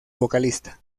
vocalista